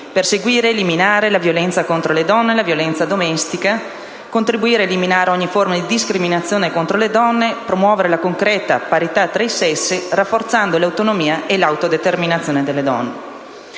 perseguire ed eliminare la violenza contro le donne e la violenza domestica; contribuire ad eliminare ogni forma di discriminazione contro le donne; promuovere la concreta parità tra i sessi, rafforzando l'autonomia e l'autodeterminazione delle donne.